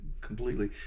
completely